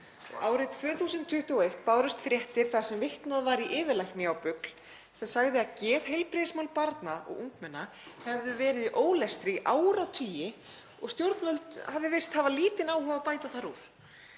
Árið 2021 bárust fréttir þar sem vitnað var í yfirlækni á BUGL sem sagði að geðheilbrigðismál barna og ungmenna hefðu verið í ólestri í áratugi og stjórnvöld virtust hafa lítinn áhuga á að bæta þar úr.